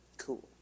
Cool